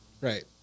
Right